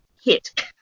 hit